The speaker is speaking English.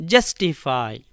Justify